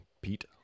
Pete